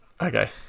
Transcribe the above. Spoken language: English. Okay